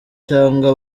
cyangwa